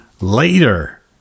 later